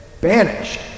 banished